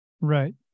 Right